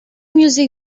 music